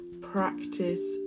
practice